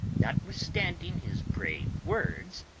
notwithstanding his brave words,